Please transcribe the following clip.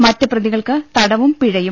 മറ്റ് പ്രതികൾക്ക് തടവും പിഴയും